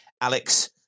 Alex